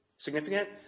Significant